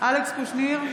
אלכס קושניר,